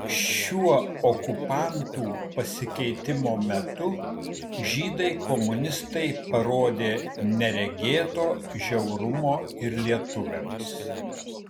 šiuo okupantų pasikeitimo metu žydai komunistai parodė neregėto žiaurumo ir lietuviams